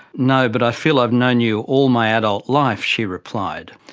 no, but i feel i've known you all my adult life she replied.